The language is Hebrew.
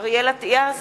אריאל אטיאס,